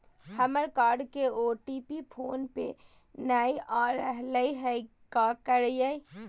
हमर कार्ड के OTP phone पे नई आ रहलई हई, का करयई?